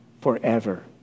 forever